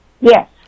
Yes